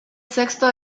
sexto